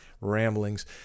ramblings